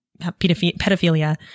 pedophilia